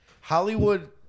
Hollywood